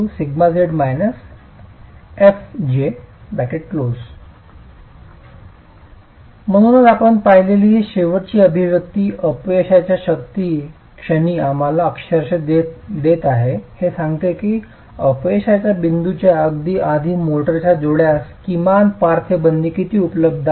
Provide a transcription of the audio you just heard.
1z fj म्हणूनच आपण पाहिलेली ही शेवटची अभिव्यक्ती अपयशाच्या क्षणी आम्हाला अक्षरशः देत आहे हे सांगते की अपयशाच्या बिंदूच्या अगदी आधी मोर्टारच्या जोड्यास किमान पार्श्व बंदी किती उपलब्ध आहे